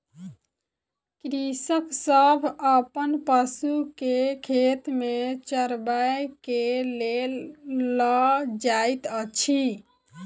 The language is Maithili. कृषक सभ अपन पशु के खेत में चरबै के लेल लअ जाइत अछि